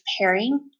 pairing